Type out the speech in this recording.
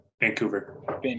Vancouver